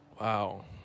Wow